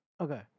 Okay